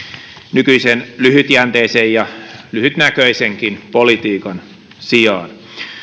nykyisen lyhytjänteisen ja lyhytnäköisenkin politiikan sijaan